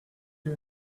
you